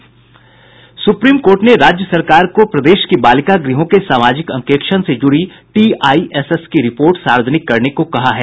supreme court ने राज्य सरकार को प्रदेश की बालिका गुहों के सामाजिक अंकेक्षण से जुड़ी टीआईएसएस की रिपोर्ट सार्वजनिक करने को कहा है